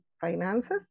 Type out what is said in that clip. finances